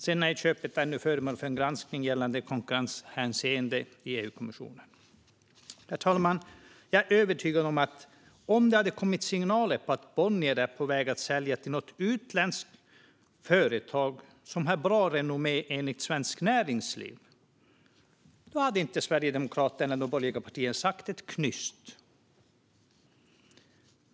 Köpet är dessutom ännu föremål för granskning ur ett konkurrenshänseende i EU-kommissionen. Herr talman! Jag är övertygad om att ifall det hade kommit signaler om att Bonnier är på väg att sälja till något utländskt företag som har gott renommé, enligt Svensk Näringsliv, hade inte Sverigedemokraterna eller de borgerliga partierna sagt ett knyst.